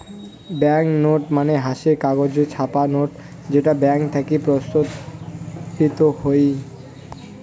bank note মানে হসে কাগজে ছাপা নোট যেটা ব্যাঙ্ক থাকি প্রস্তুতকৃত হই